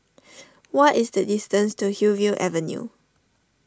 what is the distance to Hillview Avenue